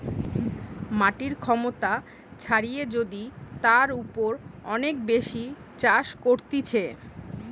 মাটির ক্ষমতা ছাড়িয়ে যদি তার উপর অনেক বেশি চাষ করতিছে